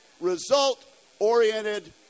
result-oriented